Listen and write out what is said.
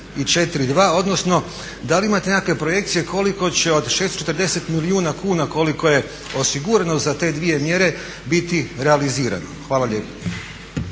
i 4.2. odnosno da li imate nekakve projekcije koliko će od 640 milijuna kuna koliko je osigurano za te dvije mjere biti realizirano? Hvala lijepa.